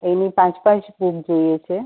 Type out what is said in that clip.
એની પાંચ પાંચ બુક જોઈએ છે